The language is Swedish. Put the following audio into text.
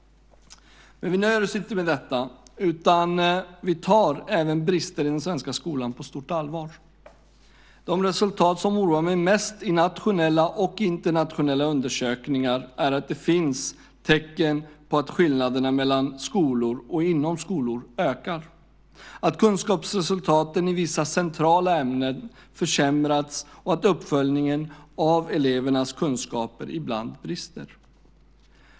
Men vi nöjer oss inte med detta. Vi tar även bristerna i den svenska skolan på stort allvar. De resultat som oroar mig mest i nationella och internationella undersökningar är att det finns tecken på att skillnader mellan skolor och inom skolor ökar, att kunskapsresultaten i vissa centrala ämnen försämrats och att uppföljningen av elevernas kunskaper ibland brister.